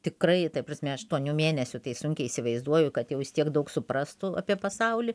tikrai tai prasme aštuonių mėnesių tai sunkiai įsivaizduoju kad jau jis tiek daug suprastų apie pasaulį